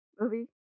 movie